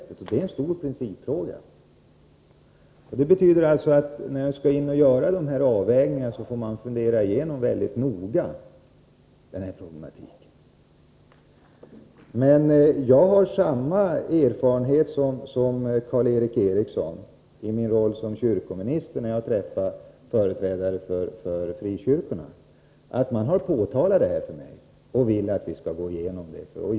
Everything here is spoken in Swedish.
Detta är därför en stor principfråga. Det betyder, att när man skall gå in och göra dessa avvägningar, får man fundera igenom problematiken mycket noga. Jag har samma erfarenhet som Karl Erik Eriksson. Företrädare för frikyrkorna har framhållit detta för mig i min roll som kyrkominister och vill att vi skall gå igenom problemet.